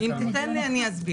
אם תיתן לי אני אסביר.